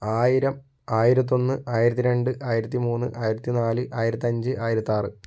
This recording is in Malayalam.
ആയിരം ആയിരത്തൊന്ന് ആയിരത്തി രണ്ട് ആയിരത്തി മൂന്ന് ആയിരത്തി നാല് ആയിരത്തഞ്ച് ആയിരത്താറ്